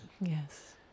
Yes